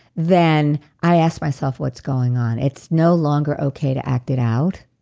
then i ask myself what's going on? it's no longer okay to act it out.